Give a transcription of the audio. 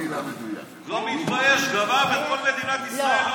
לא מתבייש, גנב את כל מדינת ישראל.